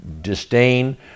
disdain